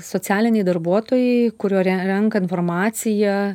socialiniai darbuotojai kurio re renka informaciją